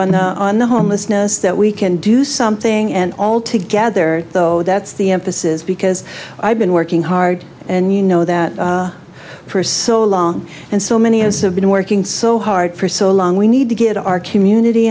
on the on the homelessness that we can do something and all together though that's the emphasis because i've been working hard and you know that for so long and so many as have been working so hard for so long we need to get our community